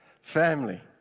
family